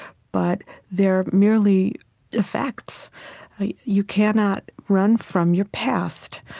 but they're merely effects you cannot run from your past,